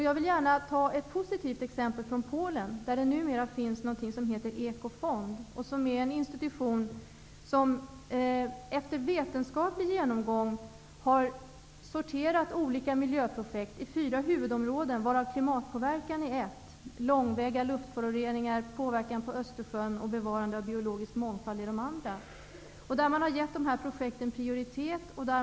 Jag vill gärna ta ett positivt exempel från Polen, där det numera finns någonting som heter Ekofond. Det är en institution som efter vetenskaplig genomgång har sorterat olika miljöprojekt i fyra huvudområden, varav klimatpåverkan är ett område. Långväga luftföroreningar, påverkan på Östersjön och bevarande av biologisk mångfald är de andra. Man har gett dessa projekt prioritet.